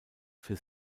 für